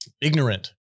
ignorant